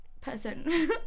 person